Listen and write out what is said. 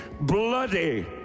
bloody